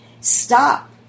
Stop